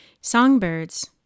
Songbirds